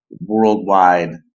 worldwide